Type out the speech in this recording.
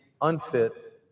unfit